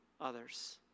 others